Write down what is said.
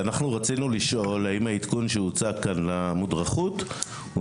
אנחנו רצינו לשאול האם העדכון שהוצג כאן למודרכות הוא